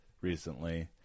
recently